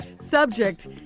Subject